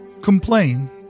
complain